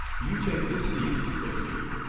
you take the seat, said he,